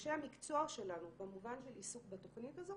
אנשי המקצוע שלנו במובן של עיסוק בתוכנית הזאת,